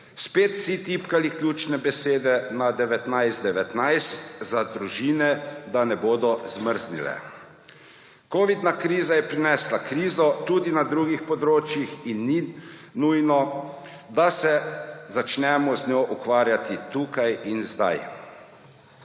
spet vsi tipkali ključne besede na 1919 za družine, da ne bodo zmrznile. Covidna kriza je prinesla krizo tudi na drugih področjih in ni nujno, da se začnemo z njo ukvarjati tukaj in zdaj.